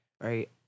right